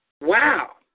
Wow